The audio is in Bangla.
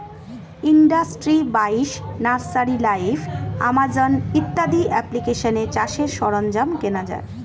ইন্ডাস্ট্রি বাইশ, নার্সারি লাইভ, আমাজন ইত্যাদি অ্যাপ্লিকেশানে চাষের সরঞ্জাম কেনা যায়